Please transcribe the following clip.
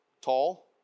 tall